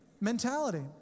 mentality